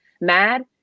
mad